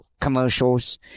commercials